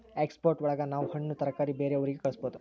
export ಒಳಗ ನಾವ್ ಹಣ್ಣು ತರಕಾರಿ ಬೇರೆ ಊರಿಗೆ ಕಳಸ್ಬೋದು